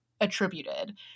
attributed